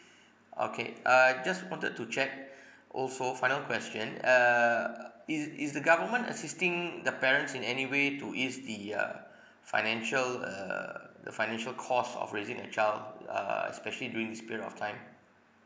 okay uh just wanted to check also final question uh uh is is the government assisting the parents in any way to ease the uh financial err the financial cost of raising a child uh especially during this period of time